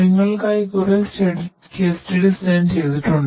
നിങ്ങൾക്കായി കുറെ case studies ഞാൻ ചെയ്തിട്ടുണ്ട്